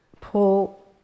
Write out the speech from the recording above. pull